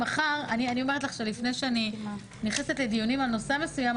אני אומרת לך שלפני שאני נכנסת לדיונים על נושא מסוים,